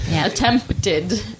Attempted